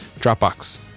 dropbox